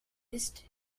ist